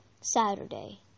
Saturday